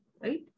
right